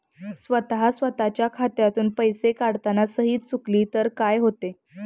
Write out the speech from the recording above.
स्वतः स्वतःच्या खात्यातून पैसे काढताना सही चुकली तर काय होते?